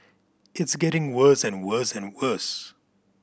it's getting worse and worse and worse